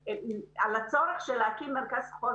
בצורך להקים מרכז חוסן.